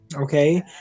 Okay